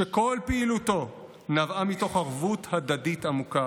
שכל פעילותו נבעה מתוך ערבות הדדית עמוקה